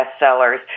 bestsellers